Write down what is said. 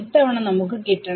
ഇത്തവണ നമുക്ക് കിട്ടണം